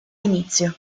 inizio